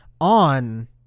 on